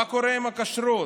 ומה קורה עם הכשרות?